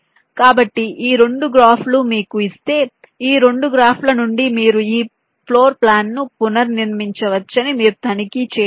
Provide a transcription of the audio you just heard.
కాబట్టి ఈ రెండు గ్రాఫ్లు మీకు ఇస్తే ఈ రెండు గ్రాఫ్ల నుండి మీరు ఈ ఫ్లోర్ ప్లాన్ను పునర్నిర్మించవచ్చని మీరు తనిఖీ చేయవచ్చు